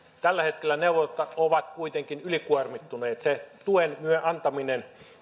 tällä hetkellä neuvolat ovat kuitenkin ylikuormittuneita sen tuen antaminen